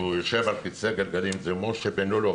שישב על כיסא גלגלים זה משה בן לולו,